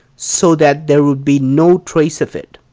so that there would be no trace of it.